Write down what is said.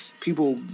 people